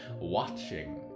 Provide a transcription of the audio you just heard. watching